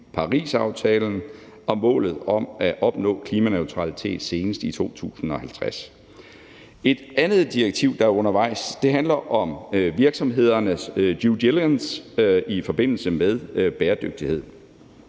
Parisaftalen og med målet om at opnå klimaneutralitet senest i 2050. Et andet direktiv, der er undervejs, handler om virksomhedernes due diligence i forbindelse med bæredygtighed.